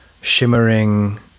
shimmering